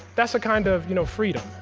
that's a kind of you know freedom